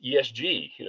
ESG